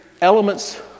elements